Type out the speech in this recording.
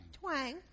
twang